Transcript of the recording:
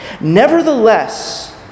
Nevertheless